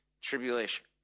tribulation